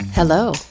Hello